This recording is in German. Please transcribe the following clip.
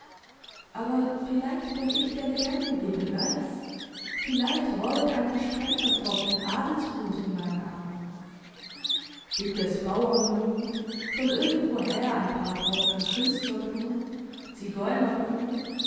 aber vielleicht bin ich der lebendige beweis vielleicht rollt ein versprengter tropfen adelsblut in meinen adern dickes bauernblut von irgendwoher ein paar tropfen